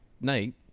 night